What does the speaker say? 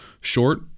short